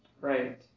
Right